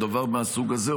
או דבר מהסוג הזה,